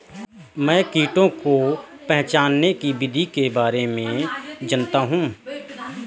मैं कीटों को पहचानने की विधि के बारे में जनता हूँ